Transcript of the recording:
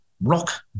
Rock